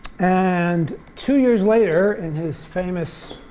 and two years later in his famous